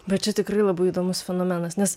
bet čia tikrai labai įdomus fenomenas nes